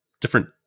different